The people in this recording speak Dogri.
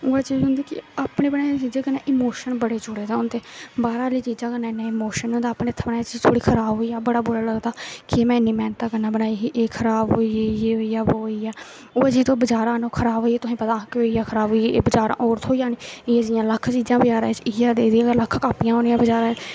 उ'यै चीज होंदी कि अपने बनाई दी चीजें कन्नै इमोशन बड़े जुड़े दे होंदे बाह्र आह्ली चीजा कन्नै इमोशन च थोह्ड़ा खऱाब होई गेआ बड़ा बुरा लगदा कि में इन्नी मेह्नता कन्नै बनाई ही एह् खराब होई गेई यह होई गेआ ओह् होई गेआ ओह् चीज तुस बजारा आह्नो खराब होई तुस आखो तां केह् होई गेआ खराब हा बजारां होर थोह्ड़ी आनी एह् जेहियां लक्ख चीजां बजारा च इंदियां लक्ख कापियां होनियां बजारै च